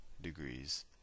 degrees